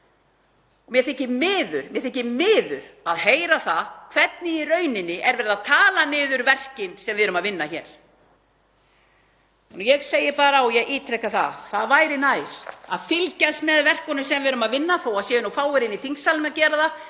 Mér þykir miður að heyra hvernig í rauninni er verið að tala niður verkin sem við erum að vinna hér. Ég segi bara og ítreka að það væri nær að fylgjast með verkunum sem við erum að vinna, þó að það séu nú fáir inni í þingsalnum að gera það,